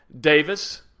Davis